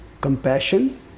compassion